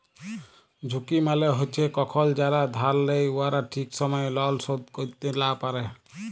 ঝুঁকি মালে হছে কখল যারা ধার লেই উয়ারা ঠিক সময়ে লল শোধ ক্যইরতে লা পারে